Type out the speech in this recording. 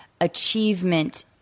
achievement